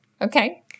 okay